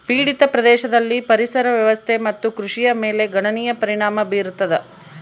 ಪೀಡಿತ ಪ್ರದೇಶದಲ್ಲಿ ಪರಿಸರ ವ್ಯವಸ್ಥೆ ಮತ್ತು ಕೃಷಿಯ ಮೇಲೆ ಗಣನೀಯ ಪರಿಣಾಮ ಬೀರತದ